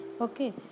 Okay